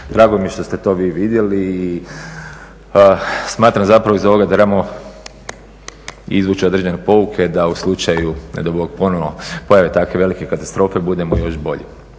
Drago mi je što ste to vi vidjeli i smatram zapravo iz ovoga da trebamo izvući određene pouke da u slučaju ne dao Bog ponovno pojave tako velike katastrofe budemo još bolji.